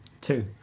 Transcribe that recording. Two